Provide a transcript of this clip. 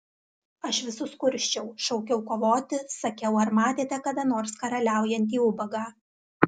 aš visus kursčiau šaukiau kovoti sakiau ar matėte kada nors karaliaujantį ubagą